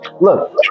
look